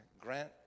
grant